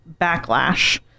backlash